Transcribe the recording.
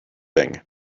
thing